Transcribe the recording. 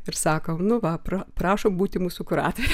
ir sakom nu va pra prašom būti mūsų kuratore